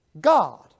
God